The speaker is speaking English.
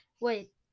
Wait